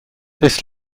this